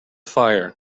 fire